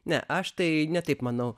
ne aš tai ne taip manau